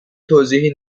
توضیحی